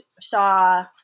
saw